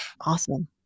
awesome